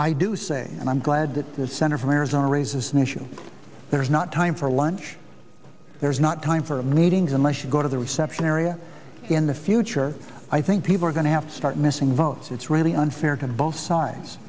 i do say and i'm glad that the center from arizona raises an issue there's not time for lunch there's not time for meetings unless you go to the reception area in the future i think people are going to have to start missing votes it's really unfair to both sides